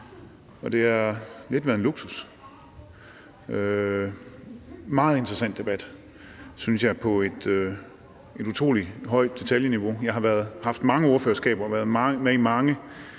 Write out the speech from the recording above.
Det har lidt været en luksus. Det er en meget interessant debat, synes jeg, på et utrolig højt detaljeniveau. Jeg har haft mange ordførerskaber og været med i mange